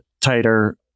tighter